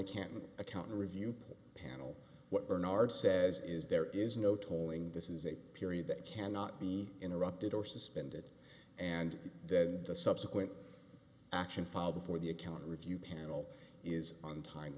accountant accountant review panel what bernard says is there is no tolling this is a period that cannot be interrupted or suspended and then the subsequent action file before the account review panel is untime